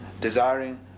desiring